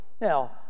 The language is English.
Now